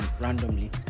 randomly